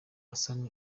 hassan